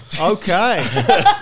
Okay